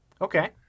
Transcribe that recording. Okay